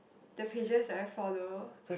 the pages that I follow